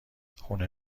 خونه